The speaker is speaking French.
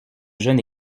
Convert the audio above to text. jeune